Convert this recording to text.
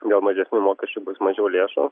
dėl mažesnių mokesčių bus mažiau lėšų